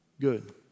good